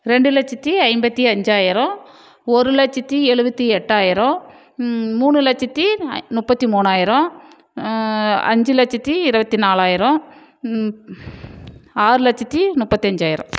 ரெண்டு லட்சத்தி ஐம்பத்தி அஞ்சாயிரம் ஒரு லட்சத்தி எழுபத்தி எட்டாயிரம் மூணு லட்சத்தி முப்பதி மூணாயிரம் அஞ்சு லட்சத்தி இருபத்தி நாலாயிரம் ஆறு லட்சத்தி முப்பத்தஞ்சாயிரம்